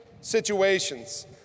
situations